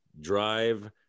Drive